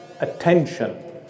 attention